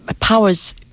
powers